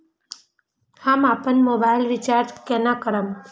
हम अपन mobile recharge केना करब?